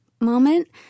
moment